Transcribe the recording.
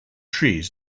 trees